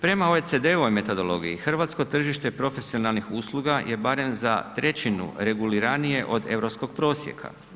Prema OCD-ovoj metodologiji hrvatsko tržište profesionalnih usluga je barem za 1/3 reguliranije od europskog procjeka.